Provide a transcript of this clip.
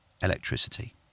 electricity